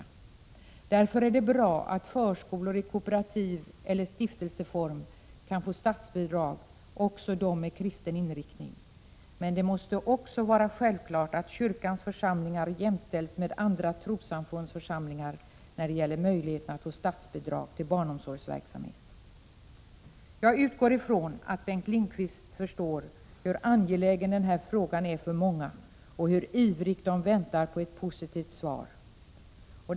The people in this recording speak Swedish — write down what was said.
Mot denna bakgrund är det bra att förskolor i kooperativ form eller — Prot. 1986/87:18 stiftelseform kan få statsbidrag, också de med kristen inriktning. Men det 4 november 1986 måste även vara självklart att kyrkans församlingar jämställs med andra = ZA ocm trossamfunds församlingar när det gäller möjligheten att få statsbidrag till barnomsorgsverksamhet. Jag utgår ifrån att Bengt Lindqvist förstår hur angelägen den här frågan är för många och hur ivrigt de väntar på ett positivt svar.